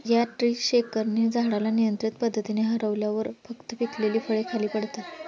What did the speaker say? या ट्री शेकरने झाडाला नियंत्रित पद्धतीने हलवल्यावर फक्त पिकलेली फळे खाली पडतात